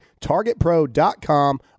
targetpro.com